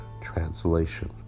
translation